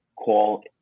call